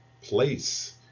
place